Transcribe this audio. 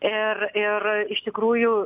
ir ir iš tikrųjų